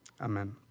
Amen